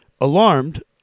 alarmed